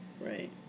Right